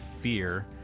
fear